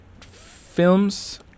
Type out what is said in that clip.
films